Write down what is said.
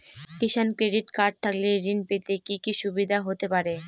কিষান credit card থাকলে ঋণ পেতে কি কি সুবিধা হতে পারে?